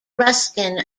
ruskin